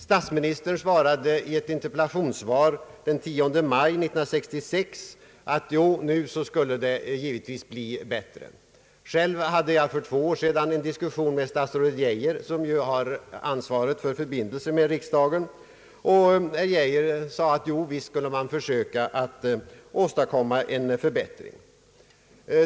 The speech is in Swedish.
Statsministern sade i ett interpellationssvar den 10 maj 1966 att det givetvis skulle bli bättre. Själv diskuterade jag för två år sedan denna fråga med statsrådet Geijer, som har ansvaret för förbindelserna med riksdagen. Herr Geijer sade att man skulle försöka få en förbättring till stånd.